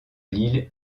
l’île